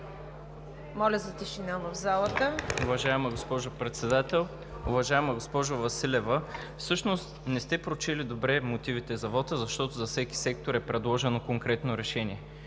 (БСП за България): Уважаема госпожо Председател! Уважаема госпожо Василева, всъщност не сте прочели добре мотивите за вота, защото за всеки сектор е предложено конкретно решение.